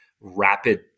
rapid